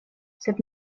sed